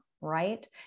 right